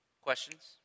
Questions